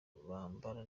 bambara